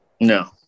no